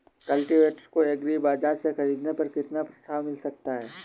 Cultivator को agri बाजार से ख़रीदने पर कितना प्रस्ताव मिल सकता है?